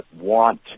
want